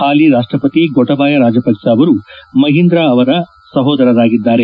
ಹಾಲಿ ರಾಷ್ಟಪತಿ ಗೊಟಬಾಯ ರಾಜಪಕ್ಷ ಅವರು ಮಹೀಂದ ಅವರ ಸಹೋದರರಾಗಿದ್ದಾರೆ